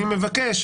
אני מבקש,